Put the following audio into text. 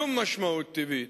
שום משמעות טבעית,